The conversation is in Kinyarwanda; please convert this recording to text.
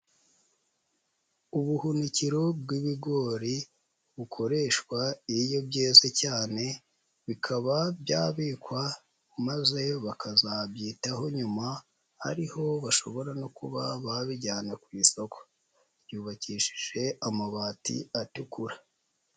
Ubuhunikiro bw'ibigori bukoreshwa iyo byeze cyane bikaba byabikwa maze bakazabyitaho nyuma ari ho bashobora no kuba babijyana ku isoko, byubakishije amabati atukura.